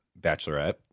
bachelorette